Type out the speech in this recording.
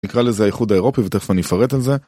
נקרא לזה הייחוד האירופי ותכף אני אפרט על זה